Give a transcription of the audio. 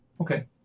Okay